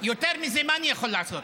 יותר מזה, מה אני יכול לעשות?